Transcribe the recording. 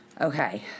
Okay